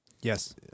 Yes